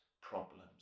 problems